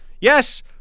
Yes